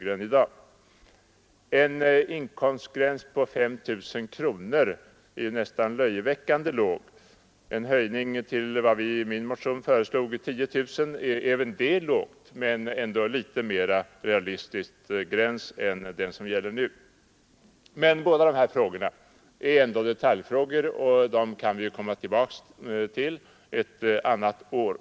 En inkomstgräns på 5 000 kronor är nästan löjeväckande låg. En höjning till vad vi i min motion föreslår 10 000 kronor är även det lågt men ändå en litet mer realistisk gräns än den som gäller nu. Båda dessa frågor är dock detaljfrågor och dem kan vi komma tillbaka till ett annat år.